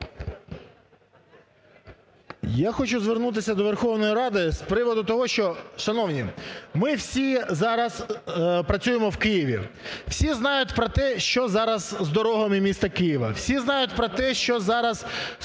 Я хочу звернутися до Верховної Ради з приводу того, що, шановні, ми всі зараз працюємо в Києві. Всі знають про те, що зараз з дорогами міста Києва. Всі знають про те, що зараз